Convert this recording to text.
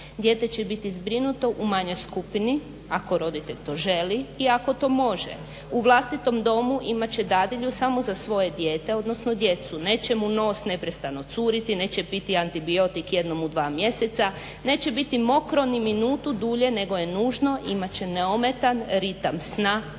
dijete će biti zbrinuto u manjoj skupini, ako roditelj to želi i ako to može. U vlastitom domu imat će dadilju samo za svoje dijete, odnosno djecu, neće mu nos neprestano curiti, neće piti antibiotik jednom u dva mjeseca, neće biti mokro ni minutu dulje njego je nužno, imat će neometan ritam sna,